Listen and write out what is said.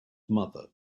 mother